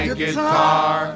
guitar